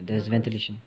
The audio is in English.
there's ventilation